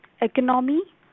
economy